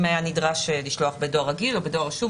אם היה נדרש לשלוח בדואר רגיל או בדואר רשום,